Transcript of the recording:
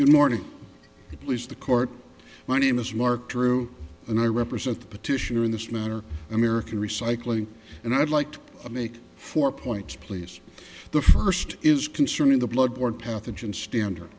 good morning please the court my name is marc true and i represent the petitioner in this matter american recycling and i'd like to make four points please the first is concerning the blood borne pathogens stand